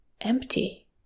empty